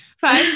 five